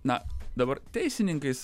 na dabar teisininkais